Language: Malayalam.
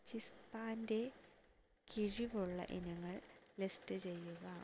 ചിസ്പന്റെ കിഴിവുള്ള ഇനങ്ങൾ ലിസ്റ്റ് ചെയ്യുക